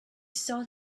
saw